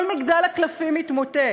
כל מגדל הקלפים התמוטט.